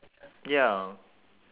ya